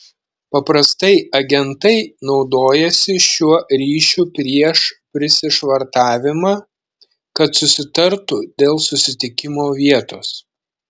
paprastai agentai naudojasi šiuo ryšiu prieš prisišvartavimą kad susitartų dėl susitikimo vietos